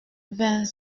vingt